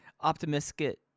optimistic